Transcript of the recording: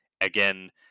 Again